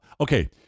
okay